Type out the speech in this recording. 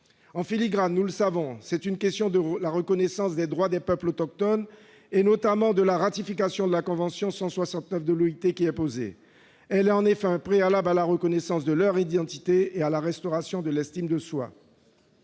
En filigrane, nous le savons, c'est la question de la reconnaissance des droits des peuples autochtones- notamment de la ratification de la convention 169 de 1'OIT -qui est posée. Elle est en effet un préalable à la reconnaissance de leur identité et à la restauration de l'estime de soi.